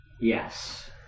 Yes